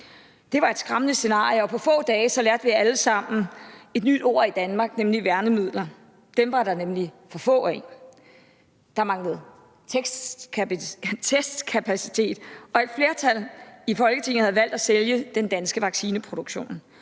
Det var et skræmmende scenarie, og på få dage lærte vi alle sammen et nyt ord i Danmark, nemlig værnemidler. Dem var der nemlig for få af. Der manglede testkapacitet, og et flertal i Folketinget havde valgt at sælge den danske vaccineproduktion